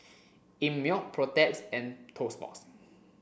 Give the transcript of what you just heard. Einmilk Protex and Toast Box